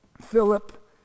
Philip